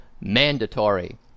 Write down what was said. Mandatory